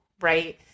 right